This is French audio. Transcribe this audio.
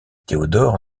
théodore